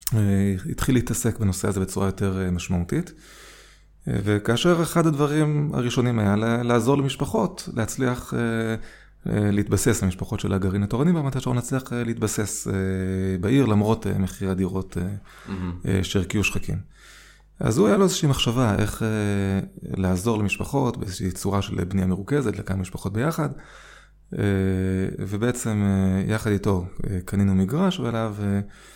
התחיל להתעסק בנושא הזה בצורה יותר משמעותית. וכאשר אחד הדברים הראשונים היה לעזור למשפחות, להצליח להתבסס, למשפחות של הגרעין התורני ברמת השרון, להצליח להתבסס בעיר, למרות מחירי הדירות שהרקיעו שחקים. אז הוא היה לו איזושהי מחשבה איך לעזור למשפחות, באיזושהי צורה של בניה מרוכזת, לכמה משפחות ביחד, ובעצם יחד איתו קנינו מגרש ועליו...